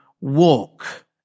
walk